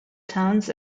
towns